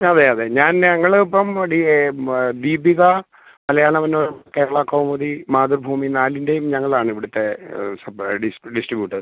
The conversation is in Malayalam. അതെ അതെ ഞാൻ ഞങ്ങളിപ്പം ഡി ദീപിക മലയാള മനോരമ കേരളകൗമുദി മാതൃഭൂമി നാലിൻ്റെയും ഞങ്ങളാണിവിടുത്തെ സബ് എഡിഷൻ ഡിസ്ട്രിബ്യൂട്ടേഴ്സ്